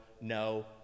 no